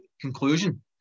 conclusion